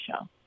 show